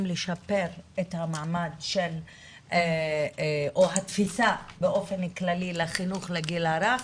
לשפר את המעמד או התפיסה באופן הכללי לחינוך לגיל הרך,